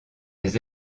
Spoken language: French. les